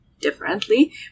differently